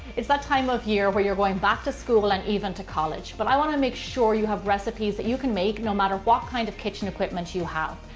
it's that time of year when you're going back to school and even to college, but i want to make sure you have recipes that you can make no matter what kind of kitchen equipment you have.